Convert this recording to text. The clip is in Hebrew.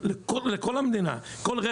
כלומר,